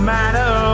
matter